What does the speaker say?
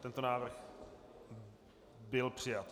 Tento návrh byl přijat.